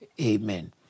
Amen